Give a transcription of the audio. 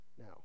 Now